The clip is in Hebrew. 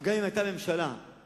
גם אם היית יושב בממשלה הזאת